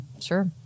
Sure